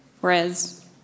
whereas